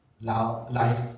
life